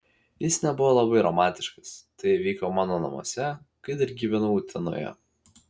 jis nebuvo labai romantiškas tai įvyko mano namuose kai dar gyvenau utenoje